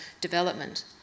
development